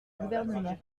gouvernement